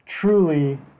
truly